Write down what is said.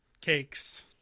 cakes